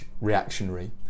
reactionary